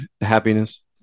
happiness